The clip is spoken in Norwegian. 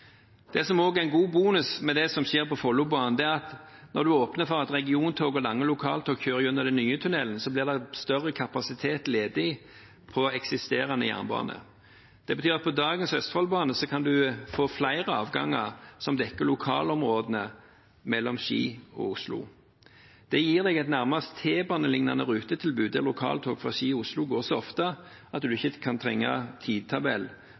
Det som også er en god bonus med det som skjer på Follobanen, er at når en åpner for at regiontog og lange lokaltog kjører gjennom den nye tunnelen, blir det mer ledig kapasitet på eksisterende jernbane. Det betyr at en på dagens østfoldbane kan få flere avganger som dekker lokalområdene mellom Ski og Oslo. Det gir et nærmest t-banelignende rutetilbud der lokaltog fra Ski og Oslo går så ofte at en ikke trenger tidtabell